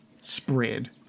spread